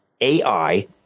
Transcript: AI